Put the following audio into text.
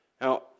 Now